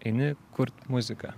eini kurt muziką